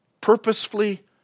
purposefully